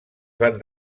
van